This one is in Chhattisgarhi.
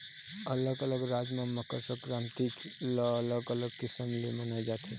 अलग अलग राज म मकर संकरांति ल अलग अलग किसम ले मनाए जाथे